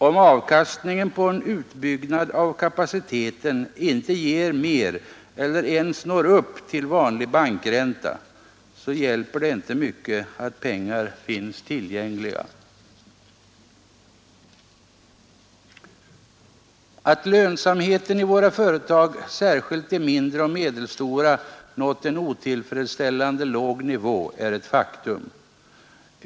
Om avkastningen på en utbyggnad av kapaci teten inte ger mer än eller ens når upp till vanlig bankränta, så hjälper det inte mycket att pengar finns tillgängli Att lönsamheten i våra företag, särskilt de mindre och medelstora, nått en otillfredsställande låg nivå är ett faktum.